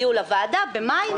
הגיעו לוועדה במאי.